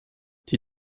die